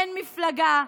אין מפלגה,